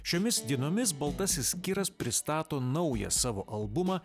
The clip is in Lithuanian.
šiomis dienomis baltasis kiras pristato naują savo albumą